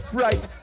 right